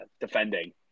defending